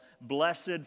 blessed